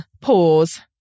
Pause